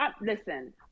Listen